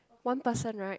one person right